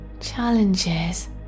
Challenges